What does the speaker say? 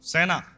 Sena